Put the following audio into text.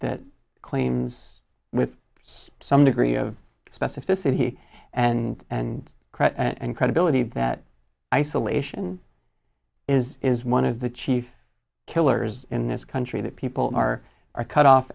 that claims with some degree of specificity and and credit and credibility that isolation is is one of the chief killers in this country that people are are cut